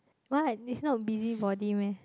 what it's not a busybody meh